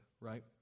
right